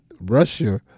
Russia